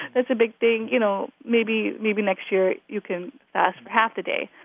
that's a big thing. you know maybe maybe next year, you can fast for half the day.